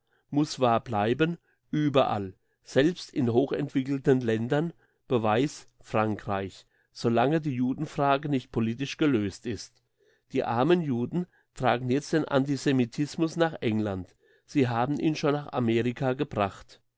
muss wahr bleiben überall selbst in hochentwickelten ländern beweis frankreich so lange die judenfrage nicht politisch gelöst ist die armen juden tragen jetzt den antisemitismus nach england sie haben ihn schon nach amerika gebracht